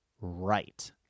right